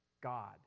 God